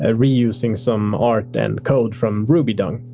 ah reusing some art and code from rubydung.